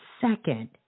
Second